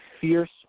fierce